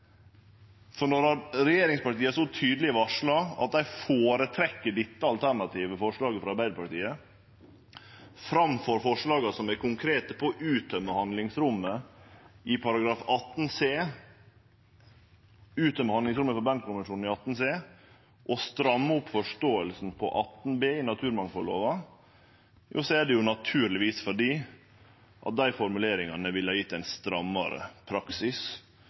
føretrekk dette alternative forslaget frå Arbeidarpartiet framfor forslaga som er konkrete på å uttømme handlingsrommet i § 18 c i Bernkonvensjonen og stramme opp forståinga av § 18 b i naturmangfaldlova, er det naturlegvis fordi dei formuleringane ville ha gjeve ein strammare praksis